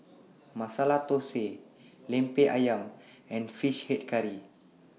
Masala Thosai Lemper Ayam and Fish Head Curry